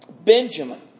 Benjamin